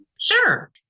Sure